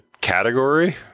category